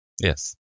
Yes